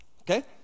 okay